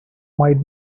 might